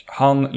han